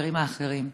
ולחברים האחרים.